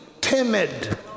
timid